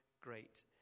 great